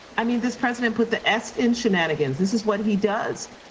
i mean, this president put the s in shenanigans, this is what he does.